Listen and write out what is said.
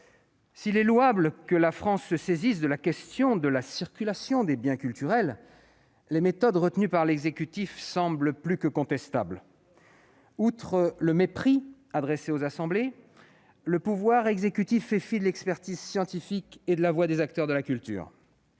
S'il est louable que la France se saisisse de la question de la circulation des biens culturels, les méthodes retenues par l'exécutif semblent plus que contestables. Outre le mépris affiché envers les assemblées, le pouvoir exécutif fait fi de l'expertise scientifique et de la voix des acteurs de la culture.